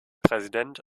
präsident